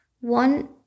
one